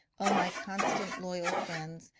o my constant, loyal friends,